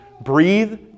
Breathe